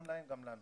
גם להם וגם לנו.